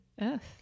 Earth